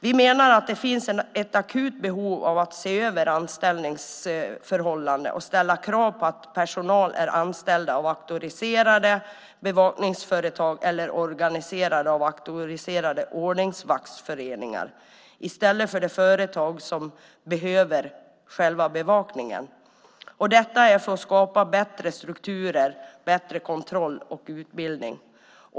Vi menar att det finns ett akut behov av att se över anställningsförhållandena och ställa krav på att personalen är anställd av auktoriserade bevakningsföretag eller organiserade av auktoriserade ordningsvaktsföreningar i stället för de företag som behöver själva bevakningen - detta för att skapa bättre strukturer och bättre kontroll och utbildning.